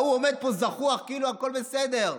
וההוא עומד פה זחוח כאילו הכול בסדר.